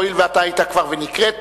הואיל ואתה היית כבר ונקראת,